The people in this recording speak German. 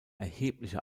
erhebliche